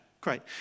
Great